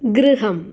गृहम्